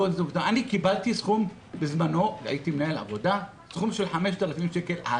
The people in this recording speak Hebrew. אני הייתי מנהל עבודה ובזמנו קיבלתי סכום של 5,000 שקל.